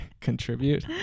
contribute